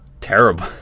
terrible